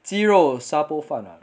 鸡肉沙煲饭 lah